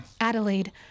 Adelaide